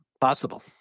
possible